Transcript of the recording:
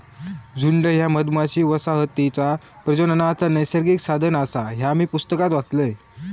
झुंड ह्या मधमाशी वसाहतीचा प्रजननाचा नैसर्गिक साधन आसा, ह्या मी पुस्तकात वाचलंय